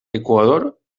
equador